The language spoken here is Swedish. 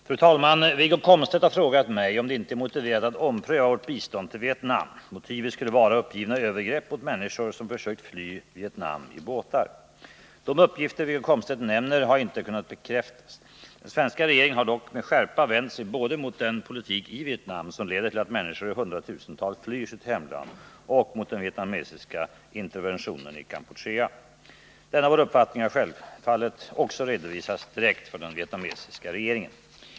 273, och anförde: Fru talman! Wiggo Komstedt har frågat mig om det inte är motiverat att ompröva vårt bistånd till Vietnam. Motivet skulle vara uppgivna övergrepp mot människor som försökt fly Vietnam i båtar. De uppgifter Wiggo Komstedt nämner har inte kunnat bekräftas. Den svenska regeringen har dock med skärpa vänt sig både mot den politik i Vietnam som leder till att människor i hundratusental flyr sitt hemland och mot den vietnamesiska interventionen i Kampuchea. Denna vår uppfattning har självfallet också redovisats direkt för den vietnamesiska regeringen.